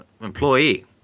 employee